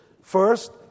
First